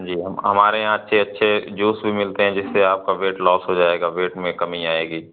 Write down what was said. जी हम हमारे यहाँ अच्छे अच्छे जूस भी मिलते हैं जिससे आपका वेट लॉस हो जाएगा वेट में कमी आएगी